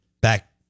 back